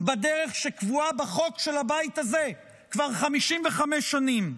בדרך שקבועה בחוק של הבית הזה כבר 55 שנים,